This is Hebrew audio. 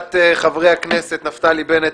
בקשת חברי הכנסת נפתלי בנט,